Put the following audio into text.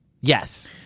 Yes